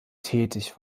tätig